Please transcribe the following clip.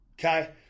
Okay